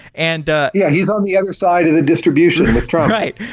and yeah, he's on the other side of the distribution with trump. right.